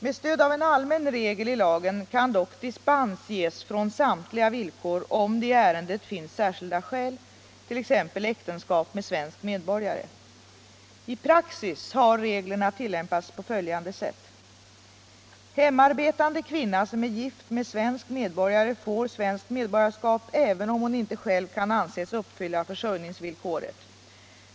Med stöd av en allmän regel i lagen kan dock dispens ges från samtliga villkor, om det i ärendet finns särskilda skäl, t.ex. äktenskap med svensk medborgare. I praxis har reglerna tillämpats på följande sätt. Hemarbetande kvinna som är gift med svensk medborgare får svenskt medborgarskap även om hon inte själv kan anses uppfylla försörjningsvillkoret.